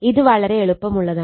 ഇത് വളരെ എളുപ്പമുള്ളതാണ്